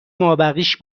مابقیش